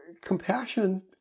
compassion